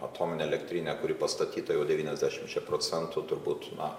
atominę elektrinę kuri pastatyta jau devyniasdešimčia procentų turbūt na